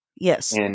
Yes